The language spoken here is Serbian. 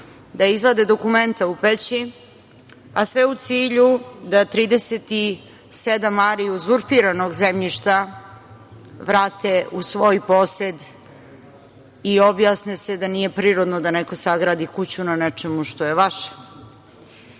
da izvade dokumenta u Peći, a sve u cilju da 37 ari uzurpiranog zemljišta vrate u svoj posed i objasne se da nije prirodno da neko sagradi kući na nečemu što je